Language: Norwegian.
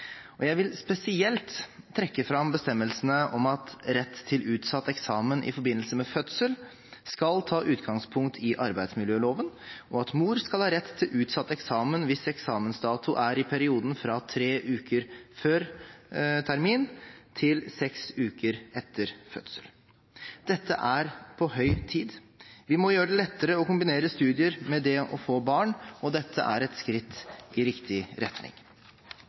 osv. Jeg vil spesielt trekke fram bestemmelsene om at rett til utsatt eksamen i forbindelse med fødsel skal ta utgangspunkt i arbeidsmiljøloven, og at mor skal ha rett til utsatt eksamen hvis eksamensdatoen er i perioden fra tre uker før termin til seks uker etter fødsel. Dette er på høy tid. Vi må gjøre det lettere å kombinere studier med det å få barn, og dette er et skritt i riktig retning.